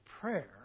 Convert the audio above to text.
prayer